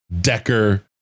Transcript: Decker